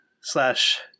slash